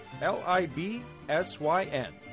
L-I-B-S-Y-N